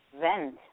vent